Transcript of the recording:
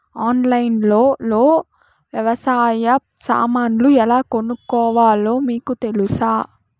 ఆన్లైన్లో లో వ్యవసాయ సామాన్లు ఎలా కొనుక్కోవాలో మీకు తెలుసా?